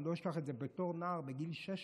אני לא אשכח את זה, בתור נער בגיל 16